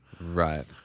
right